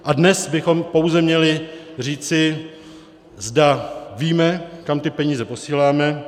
A dnes bychom pouze měli říci, zda víme, kam ty peníze posíláme.